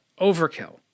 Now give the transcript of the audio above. overkill